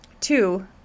Two